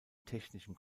technischen